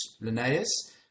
Linnaeus